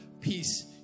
peace